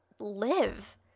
live